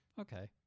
Okay